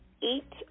eat